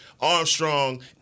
Armstrong